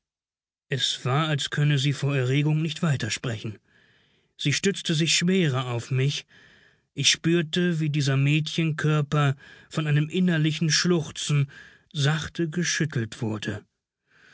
es war als könne sie vor erregung nicht weiter sprechen sie stützte sich schwerer auf mich ich spürte wie dieser mädchenkörper von einem innerlichen schluchzen sachte geschüttelt wurde